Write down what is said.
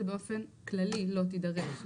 זה באופן כללי לא תידרש.